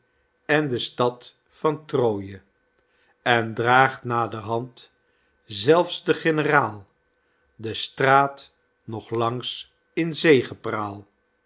en de stad van trooie en draagt naderhand zelfs den generaal de straat nog langs in zegepraal